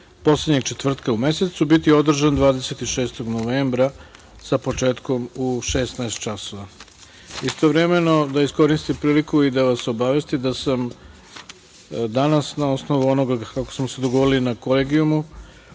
poslednjeg četvrtka u mesecu biti održan 26. novembra sa početkom u 16.00 sati. Istovremeno da iskoristim priliku da vas obavestim da sam danas na osnovu onoga kako smo se dogovorili na Kolegijumu